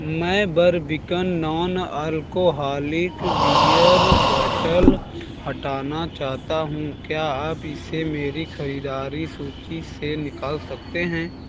मैं Barbican non alcoholic beer bottle हटाना चाहता हूँ क्या आप इसे मेरी खरीदारी सूची से निकाल सकते हैं